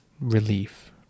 relief